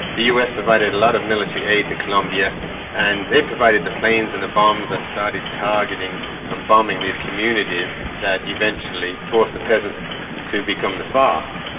the us provided a lot of military aid to colombia and they provided the planes and the bombs that started targeting and bombing these communities that eventually forced the peasants to become the farc.